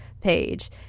page